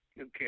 okay